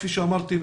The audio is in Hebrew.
כפי שאמרתי,